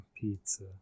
pizza